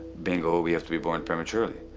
bingo! we have to be born prematurely.